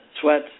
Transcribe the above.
sweat